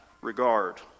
regard